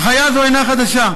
הנחיה זו אינה חדשה,